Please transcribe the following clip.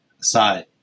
aside